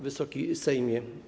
Wysoki Sejmie!